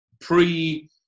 pre